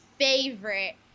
favorite